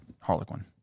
harlequin